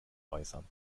äußern